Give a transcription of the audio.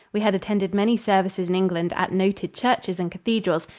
we had attended many services in england at noted churches and cathedrals,